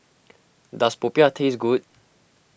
does Popiah taste good